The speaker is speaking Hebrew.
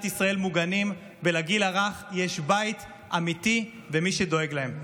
ישראל מוגנים ולגיל הרך יש בית אמיתי ומי שדואג להם.